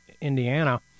Indiana